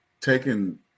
taking